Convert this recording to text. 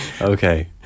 Okay